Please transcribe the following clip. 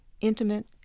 intimate